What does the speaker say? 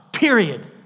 Period